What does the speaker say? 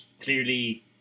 clearly